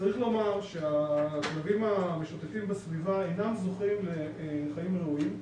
צריך לומר שהכלבים המשוטטים בסביבה אינם זוכים לחיים ראויים,